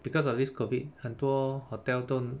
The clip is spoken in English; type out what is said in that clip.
because of this COVID 很多 hotel 都